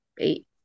eight